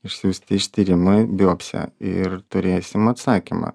išsiųsti ištyrimui biopsiją ir turėsim atsakymą